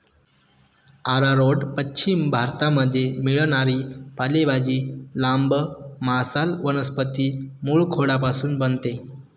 arrowroot पश्चिम भारतामध्ये मिळणारी पालेभाजी, लांब, मांसल वनस्पती मूळखोडापासून बनते